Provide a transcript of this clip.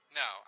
no